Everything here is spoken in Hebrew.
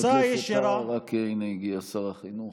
חבר הכנסת טאהא, הינה, הגיע שר החינוך.